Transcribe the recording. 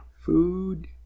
food